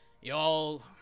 Y'all